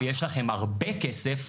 ויש לכם הרבה כסף,